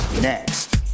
next